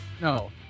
No